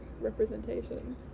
representation